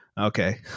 okay